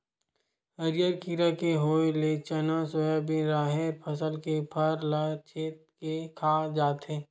हरियर कीरा के होय ले चना, सोयाबिन, राहेर फसल के फर ल छेंद के खा जाथे